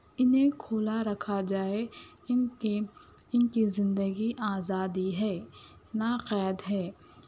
انہیں کھلا رکھا جائے ان کے ان کی زندگی آزادی ہے نہ قید ہے